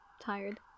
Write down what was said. tired